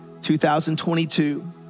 2022